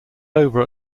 over